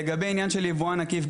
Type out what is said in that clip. לגבי היבואן העקיף.